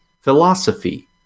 philosophy